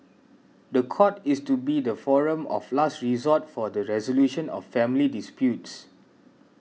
the court is to be the forum of last resort for the resolution of family disputes